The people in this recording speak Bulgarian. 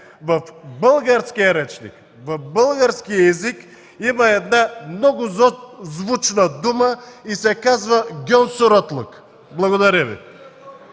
в българския речник, в българския език има една много звучна дума и се казва гьонсуратлък. Благодаря Ви.